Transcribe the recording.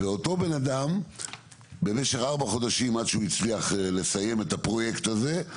ואותו בן אדם במשך ארבעה חודשים עד שהוא הצליח לסיים את הפרויקט הזה,